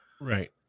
right